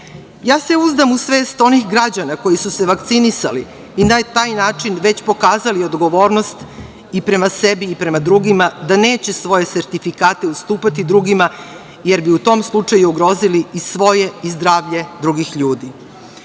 se uzdam u svest onih građana koji su se vakcinisali i na taj način već pokazali odgovornost i prema sebi i prema drugima da neće svoje sertifikate ustupati drugima, jer bi u tom slučaju ugrozili i svoje i zdravlje drugih ljudi. Moje